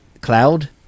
Cloud